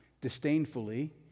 disdainfully